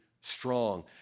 strong